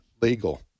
legal